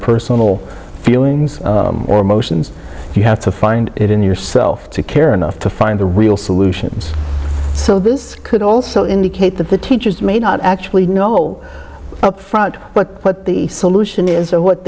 personal feelings or emotions if you have to find it in yourself to care enough to find the real solutions so this could also indicate that the teachers may not actually know upfront but what the solution is or what